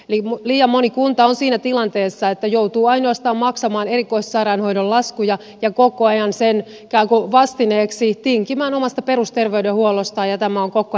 eli liian moni kunta on siinä tilanteessa että joutuu ainoastaan maksamaan erikoissairaanhoidon laskuja ja koko ajan ikään kuin sen vastineeksi tinkimään omasta perusterveydenhuollostaan ja tämä on koko ajan väärä kehä